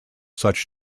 such